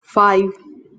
five